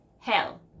hell